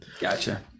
Gotcha